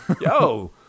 yo